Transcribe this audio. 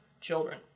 children